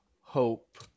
Hope